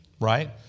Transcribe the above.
Right